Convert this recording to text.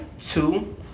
Two